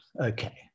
okay